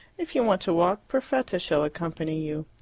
if you want to walk, perfetta shall accompany you.